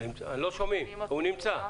לא שומעים, הוא נמצא.